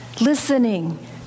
listening